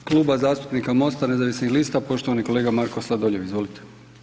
U ime Kluba zastupnika MOST-a nezavisnih lista, poštovani kolega Marko Sladoljev, izvolite.